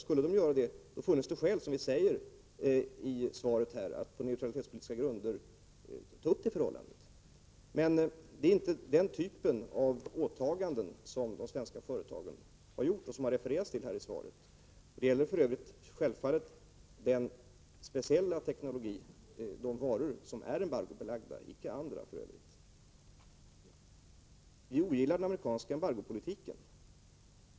Skulle de göra det, funnes det skäl, som jag säger i svaret, att på neutralitetspolitiska grunder ta upp det förhållandet. Men det är inte den typen av åtaganden som de svenska företagen har gjort och som refereras till i svaret. Det gäller för övrigt självfallet de varor som är embargobelagda och icke andra. Vi ogillar den amerikanska embargopolitiken.